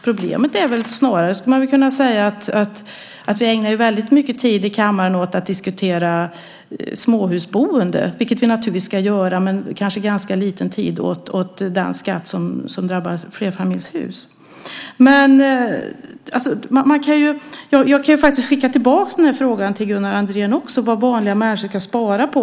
Problemet är väl snarare, skulle man kanske kunna säga, att vi ägnar väldigt mycket tid i kammaren åt att diskutera småhusboendet, vilket vi naturligtvis ska göra, medan vi kanske ägnar ganska lite tid åt den skatt som drabbar flerfamiljshus. Jag kan till Gunnar Andrén skicka tillbaka frågan om vad vanliga människor ska spara på.